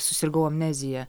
susirgau amnezija